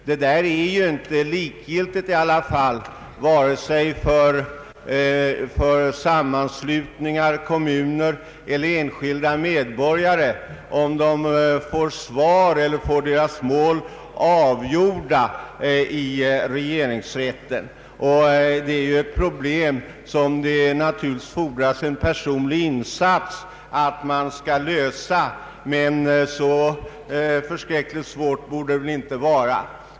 Det är ju inte likgiltigt vare sig för sammanslutningar, kommuner eler enskilda medborgare hur fort de får sina mål avgjorda i regeringsrätten. Det fordras naturligtvis en personlig insats för att lösa dessa problem, men så svårt borde det väl inte vara.